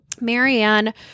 Marianne